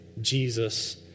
Jesus